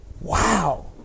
wow